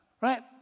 right